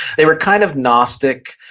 they were kind of gnostic,